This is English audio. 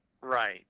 Right